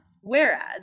Whereas